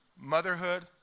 motherhood